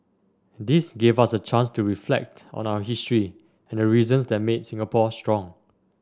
this gave us a chance to reflect on our history and the reasons that made Singapore strong